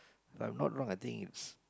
if I'm not wrong I think it's